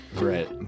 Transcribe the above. Right